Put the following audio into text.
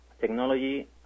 technology